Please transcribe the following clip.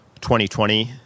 2020